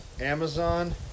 Amazon